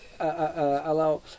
Allow